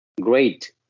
Great